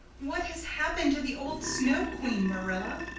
what has happened to the old snow queen, marilla?